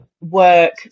work